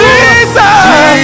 Jesus